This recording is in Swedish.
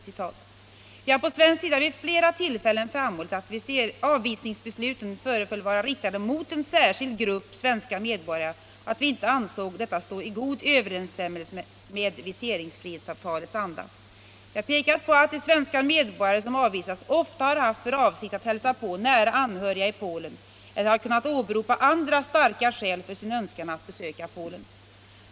Vi har på svensk sida vid flera tillfällen framhållit att avvisningsbesluten föreföll vara riktade mot en särskild grupp svenska medborgare och att vi inte ansåg detta stå i god överensstämmelse med viseringsfrihetsavtalets anda. Vi har pekat på att de svenska medborgare som avvisats ofta har haft för avsikt att hälsa på nära anhöriga i Polen eller har kunnat åberopa andra starka skäl för sin önskan att besöka Polen.